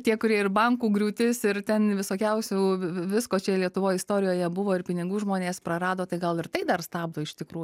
tie kurie ir bankų griūtis ir ten visokiausių visko čia lietuvoj istorijoje buvo ir pinigų žmonės prarado tai gal ir tai dar stabdo iš tikrų